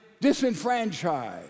disenfranchised